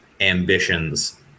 ambitions